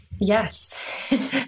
Yes